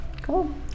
Cool